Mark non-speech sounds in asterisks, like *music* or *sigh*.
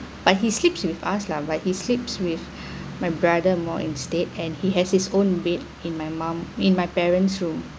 but he sleeps with us lah but he sleeps with *breath* my brother more instead and he has his own bed in my mum in my parent's room